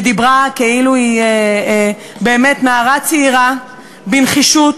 ודיברה כאילו היא באמת נערה צעירה: בנחישות,